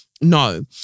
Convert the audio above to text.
no